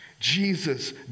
Jesus